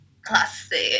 classic